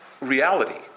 reality